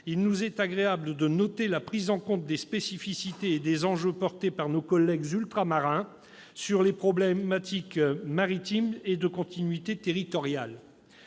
Il est agréable de noter la prise en compte des spécificités et des enjeux portés par nos collègues ultramarins sur les problématiques maritimes et de continuité territoriale.